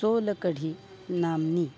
सोलकढि नाम्नि